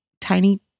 tiny